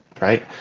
right